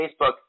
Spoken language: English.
Facebook